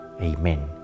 amen